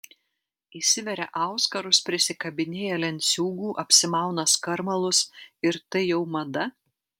įsiveria auskarus prisikabinėja lenciūgų apsimauna skarmalus ir tai jau mada